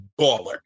baller